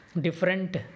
different